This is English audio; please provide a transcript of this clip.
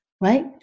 right